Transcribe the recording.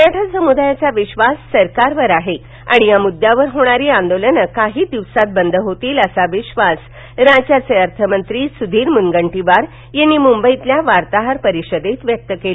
मराठा समुदायाचा विश्वास सरकारवर आहे आणि या मुद्द्यावर होणारी आंदोलनं काही दिवसात बंद होतील असा विश्वास राज्याचे अर्थमंत्री सुधीर मुनगंटीवार यांनी मुंबईतल्या वार्ताहर परिषदेत व्यक्त केला